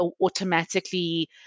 automatically